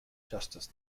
justus